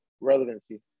relevancy